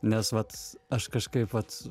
nes vat aš kažkaip vat